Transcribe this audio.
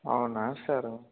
అవునా సరే